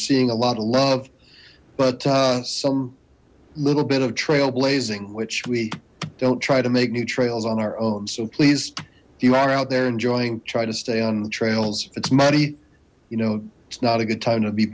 seeing a lot of love but some little bit of trailblazing which we don't try to make new trails on our own so please if you are out there enjoying try to stay on the trails it's muddy you know it's not a good time to be